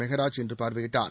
மெகராஜ் இன்று பார்வையிட்டார்